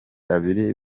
abiri